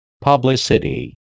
Publicity